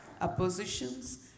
oppositions